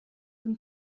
hun